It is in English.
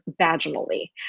vaginally